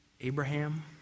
Abraham